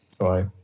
right